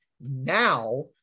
now